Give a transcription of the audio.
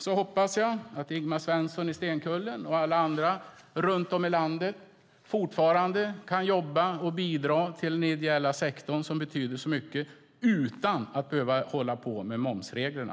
Jag hoppas att Ingemar Svensson i Stenkullen och alla andra runt om i landet kan fortsätta att jobba och bidra till den ideella sektorn som betyder så mycket och då utan att behöva hålla på med momsreglerna.